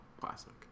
Classic